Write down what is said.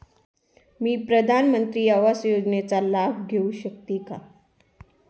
मी प्रधानमंत्री आवास योजनेचा लाभ घेऊ शकते का?